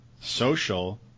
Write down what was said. social